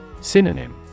Synonym